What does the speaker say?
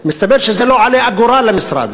ומסתבר שזה לא עולה אגורה למשרד,